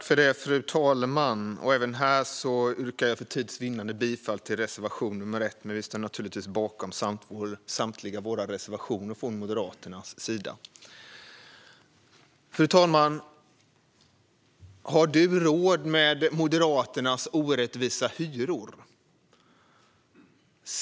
Fru talman! För tids vinnande yrkar jag bifall endast till reservation nr 1, men vi står naturligtvis bakom samtliga våra reservationer från Moderaternas sida. Fru talman! Har du råd med Moderaternas orättvisa hyror?